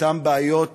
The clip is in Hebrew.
ואותן בעיות